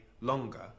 Longer